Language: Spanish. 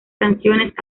canciones